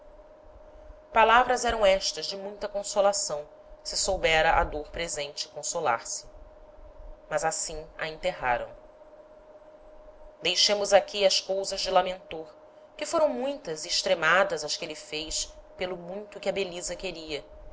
palavras eram estas de muita consolação se soubera a dôr presente consolar-se mas assim a enterraram deixemos aqui as cousas de lamentor que foram muitas e extremadas as que êle fez pelo muito que a belisa queria